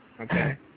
Okay